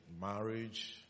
Marriage